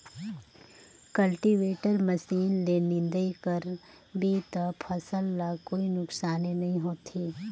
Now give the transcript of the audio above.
cultivator machine ले निंदई कर बे त फसल ल कोई नुकसानी नई होये